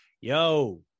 Yo